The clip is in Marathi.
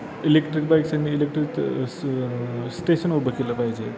इलेक्ट्रिक बाईकसंनी इलेक्ट्रिक सू सू स्टेशन उभं केलं पाहिजे